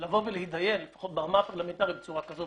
לבוא ולהתדיין לפחות ברמה הפרלמנטרית בצורה כזאת